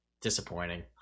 disappointing